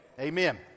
Amen